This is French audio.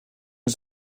une